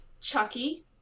Chucky